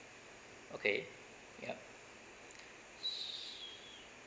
okay yupe